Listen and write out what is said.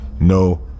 no